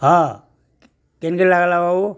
ହଁ କେନ୍କେ ଲାଗ୍ଲା ବାବୁ